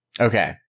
okay